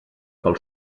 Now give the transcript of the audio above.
pel